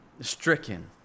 stricken